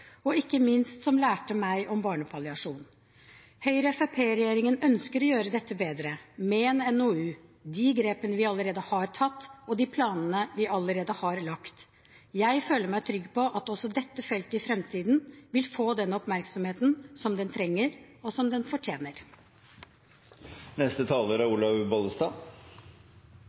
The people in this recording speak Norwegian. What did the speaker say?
som ikke minst lærte meg om barnepalliasjon. Høyre–Fremskrittsparti-regjeringen ønsker å gjøre dette bedre, med en NOU, med de grepene vi allerede har tatt, og med de planene vi allerede har lagt. Jeg føler meg trygg på at også dette feltet i framtiden vil få den oppmerksomheten som det trenger, og som det fortjener. Det er